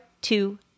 two